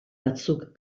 batzuk